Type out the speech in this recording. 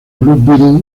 blue